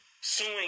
suing